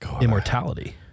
immortality